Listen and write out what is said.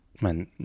Man